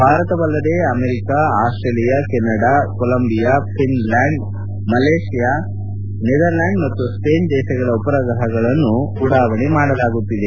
ಭಾರತ ಅಲ್ಲದೇ America Australia Canada Colombia Finland Malaysia Netherland ಮತ್ತು Spain ದೇಶಗಳ ಉಪಗ್ರಹಗಳನ್ನು ಉಡಾವಣೆ ಮಾಡಲಾಗುತ್ತಿದೆ